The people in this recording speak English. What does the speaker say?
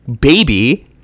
baby